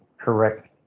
correct